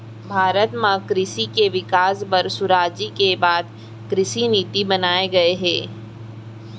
भारत म कृसि के बिकास बर सुराजी के बाद कृसि नीति बनाए गये हे